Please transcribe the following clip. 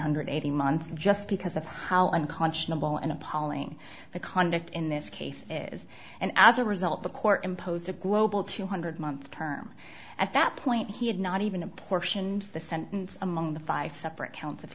eighty months just because of how unconscionable and appalling the conduct in this case is and as a result the court imposed a global two hundred month term at that point he had not even apportioned the sentence among the five separate counts of